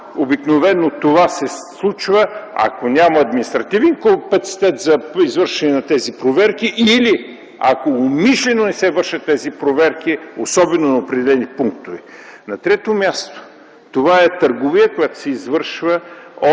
обикновено това се случва, ако няма административен капацитет за извършване на тези проверки или ако умишлено не се вършат тези проверки, особено на определени пунктове. На трето място, това е търговия, която се извършва